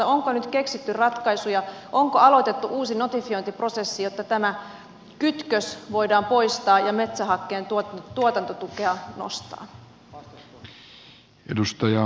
onko nyt keksitty ratkaisuja onko aloitettu uusi notifiointiprosessi jotta tämä kytkös voidaan poistaa ja metsähakkeen tuotantotukea nostaa